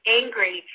angry